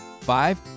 Five